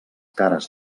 cares